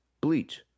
Bleach